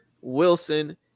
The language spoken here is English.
Wilson